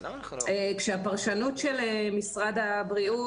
כאשר הפרשנות של משרד הבריאות,